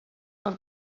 per